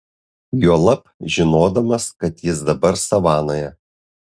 juolab žinodamas kad jis dabar savanoje